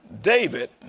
David